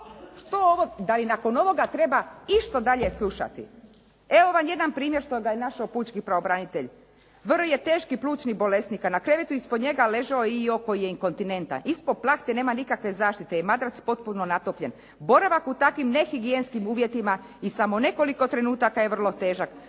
Da li nakon ovoga treba išta dalje slušati. Evo vam jedan primjer što ga je našao pučki pravobranitelj. Gore je teški plućni bolesnik a na krevetu ispod njega ležao je koji je inkontinentan, ispod plahte nema nikakve zaštite i madrac potpuno natopljen. Boravak u takvim nehigijenskim uvjetima i samo nekoliko trenutaka je vrlo težak,